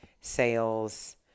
sales